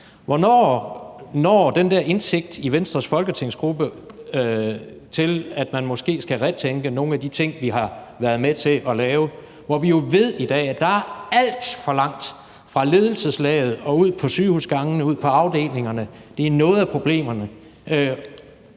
Hvornår når den der indsigt i Venstres folketingsgruppe til, at man måske skulle retænke nogle af de ting, som vi har været med til at lave? Vi ved jo i dag, at der er alt for langt fra ledelseslaget og ud på sygehusgangene, ud på afdelingerne, og at det er noget af problematikken,